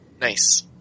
nice